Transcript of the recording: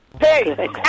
Hey